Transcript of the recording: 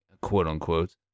quote-unquote